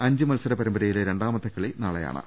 അഞ്ച് മത്സര പരമ്പരയിലെ രണ്ടാമത്തെ കളി നാളെയാ ണ്